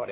পারেন